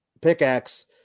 pickaxe